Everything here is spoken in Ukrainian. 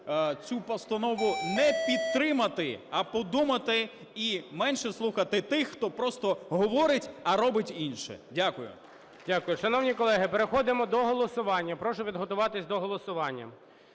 цю постанову не підтримати, а подумати, і менше слухати тих, хто просто говорить, а робить інше. Дякую. ГОЛОВУЮЧИЙ. Дякую. Шановні колеги, переходимо до голосування. Прошу підготуватись до голосування.